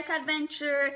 adventure